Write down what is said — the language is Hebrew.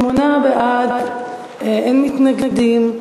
28 בעד, אין מתנגדים.